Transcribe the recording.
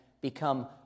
become